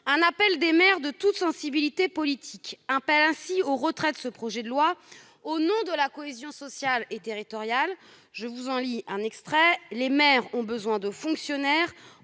un appel des maires de toute sensibilité politique demande le retrait de ce projet de loi au nom de la cohésion sociale et territoriale :« Les maires ont besoin de fonctionnaires